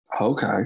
okay